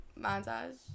montage